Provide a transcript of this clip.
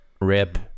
rip